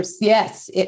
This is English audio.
Yes